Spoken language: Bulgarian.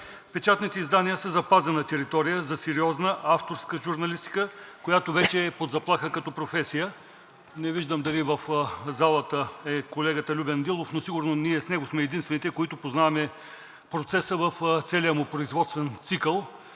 Печатните издания са запазена територия за сериозна, авторска журналистика, която вече е под заплаха като професия. Не виждам дали в залата е колегата Любен Дилов, но сигурно ние с него сме единствените, които познаваме процеса в целия му производствен цикъл